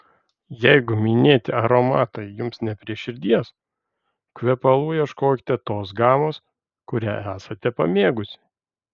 jeigu minėti aromatai jums ne prie širdies kvepalų ieškokite tos gamos kurią esate pamėgusi